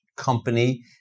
company